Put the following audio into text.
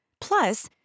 Plus